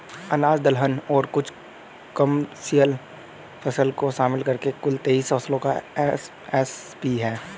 अनाज दलहन और कुछ कमर्शियल फसल को शामिल करके कुल तेईस फसलों का एम.एस.पी है